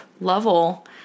level